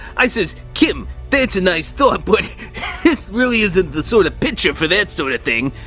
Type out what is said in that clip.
i says, kim, that's a nice thought but this really isn't the sort of picture for that sort of thing.